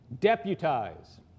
Deputize